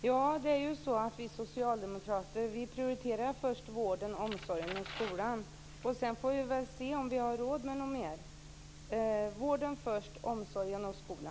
Fru talman! Vi socialdemokrater prioriterar i första hand vården, omsorgen och skolan, och sedan får vi se om vi har råd med något mera.